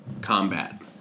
combat